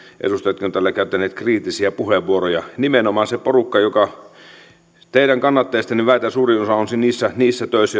edustajatkin ovat täällä käyttäneet kriittisiä puheenvuoroja nimenomaan se porukka jonka kannattajista suurin osa väitän on niissä niissä töissä